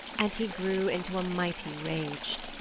and he grew into a mighty rage.